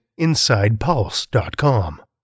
InsidePulse.com